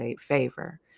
favor